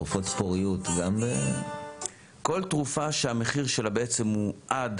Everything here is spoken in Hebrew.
תרופות פוריות גם --- כל תרופה שהמחיר שלה הוא עד